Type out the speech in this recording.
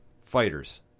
fighters